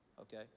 okay